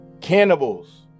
Cannibals